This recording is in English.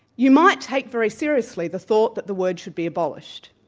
you might take very seriously the thought that the word should be abolished.